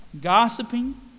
gossiping